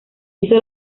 hizo